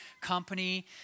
company